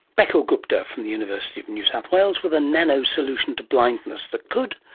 bakul gupta from the university of new south wales with a nano solution to blindness that could,